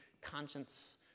conscience